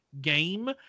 game